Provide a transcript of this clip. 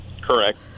Correct